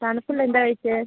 തണുപ്പുള്ള എന്താണ് കഴിച്ചത്